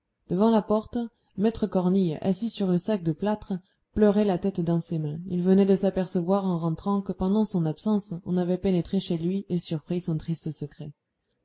devant la porte maître cornille assis sur un sac de plâtre pleurait la tête dans ses mains il venait de s'apercevoir en rentrant que pendant son absence on avait pénétré chez lui et surpris son triste secret